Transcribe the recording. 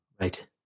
Right